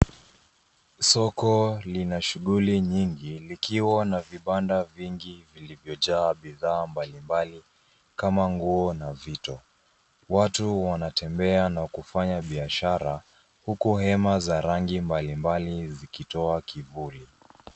Soko lina shughuli nyingi, likiwa na vibanda vingi vilivyojaa bidhaa mbalimbali kama nguo na vito. Watu wanatembea na kufanya biashara, huku hema za rangi mbalimbali zikitoa kivuli.